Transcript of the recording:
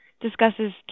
discusses